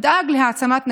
תדאג להעצמת נשים,